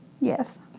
yes